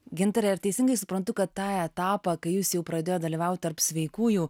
gintare ar teisingai suprantu kad tą etapą kai jūs jau pradėjot dalyvaut tarp sveikųjų